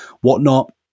whatnot